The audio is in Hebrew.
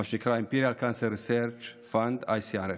מה שנקראImperial Cancer Research Fund, ICRF,